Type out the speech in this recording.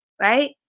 Right